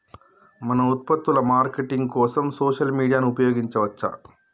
మన ఉత్పత్తుల మార్కెటింగ్ కోసం సోషల్ మీడియాను ఉపయోగించవచ్చా?